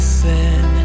sin